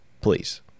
please